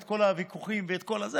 את כל הוויכוחים ואת כל הזה.